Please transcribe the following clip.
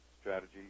strategy